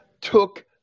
took